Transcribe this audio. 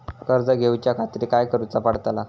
कर्ज घेऊच्या खातीर काय करुचा पडतला?